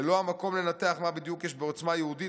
זה לא המקום לנתח מה בדיוק יש בעוצמה יהודית